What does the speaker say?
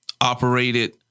operated